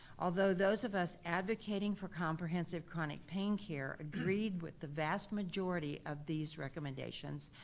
although those of us advocating for comprehensive chronic pain care agreed with the vast majority of these recommendations,